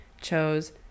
chose